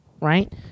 Right